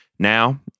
Now